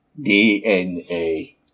DNA